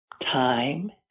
time